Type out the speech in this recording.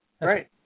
right